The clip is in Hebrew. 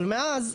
אבל מאז,